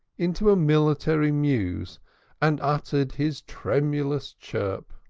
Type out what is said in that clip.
into a military mews and uttered his tremulous chirp.